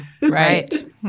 Right